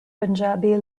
punjabi